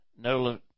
no